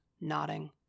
nodding